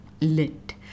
Lit